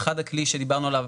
אחד הכלים שדיברנו עליו,